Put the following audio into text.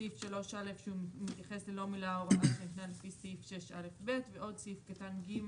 סעיף 3א. שמתייחס ללא מן ההוראה שניתנה לפי סעיף א.ב ועוד סעיף קטן ג,